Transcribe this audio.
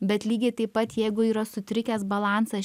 bet lygiai taip pat jeigu yra sutrikęs balansas